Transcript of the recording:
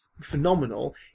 phenomenal